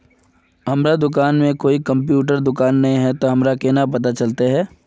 हमर गाँव में ते कोई कंप्यूटर दुकान ने है ते हमरा केना पता चलते है?